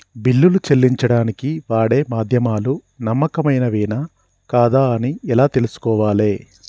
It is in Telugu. బిల్లులు చెల్లించడానికి వాడే మాధ్యమాలు నమ్మకమైనవేనా కాదా అని ఎలా తెలుసుకోవాలే?